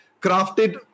crafted